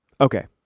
Okay